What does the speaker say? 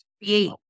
Create